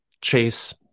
Chase